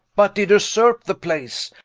but did vsurpe the place.